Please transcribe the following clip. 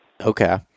Okay